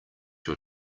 your